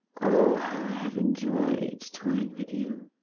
oh, how i have enjoyed toying with you.